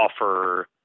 offer